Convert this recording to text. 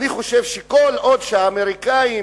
אני חושב שכל עוד יש לאמריקנים